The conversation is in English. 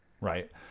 right